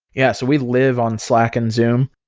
yeah. so we live on slack and zoom.